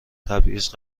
تبعیض